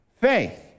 faith